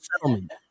settlement